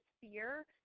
fear